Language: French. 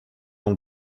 dans